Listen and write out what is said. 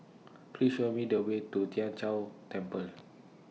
Please Show Me The Way to Tien Chor Temple